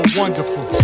wonderful